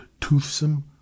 toothsome